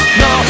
no